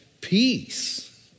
peace